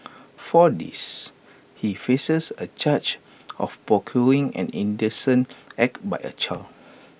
for this he faces A charge of procuring an indecent act by A child